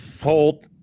hold